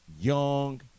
young